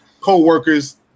co-workers